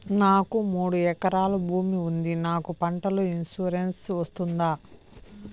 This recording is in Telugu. నాకు మూడు ఎకరాలు భూమి ఉంది నాకు పంటల ఇన్సూరెన్సు వస్తుందా?